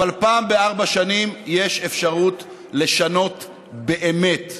פעם בארבע שנים יש אפשרות לשנות באמת,